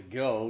go